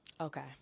Okay